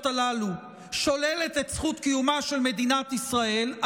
הללו שוללת את זכות קיומה של מדינת ישראל,